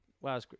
Wow